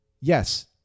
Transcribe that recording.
yes